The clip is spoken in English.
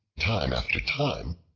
time after time,